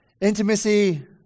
Intimacy